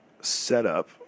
setup